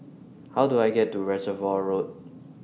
How Do I get to Reservoir Road